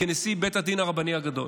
כנשיא בית הדין הרבני הגדול.